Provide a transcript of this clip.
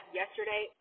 yesterday